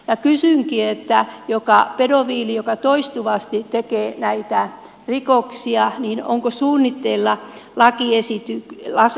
kysynkin onko suunnitteilla lakiesitystä että pedofiilit joka toistuvasti tekevät näitä rikoksia ja onko suunnitteilla väki esitti lasse